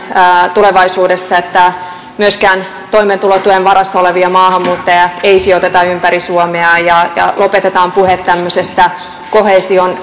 tulevaisuudessa että myöskään toimeentulotuen varassa olevia maahanmuuttajia ei sijoiteta ympäri suomea ja ja lopetetaan puhe tämmöisestä koheesion